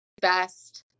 best